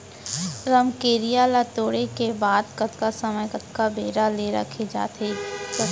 रमकेरिया ला तोड़े के बाद कतका समय कतका बेरा ले रखे जाथे सकत हे?